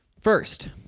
First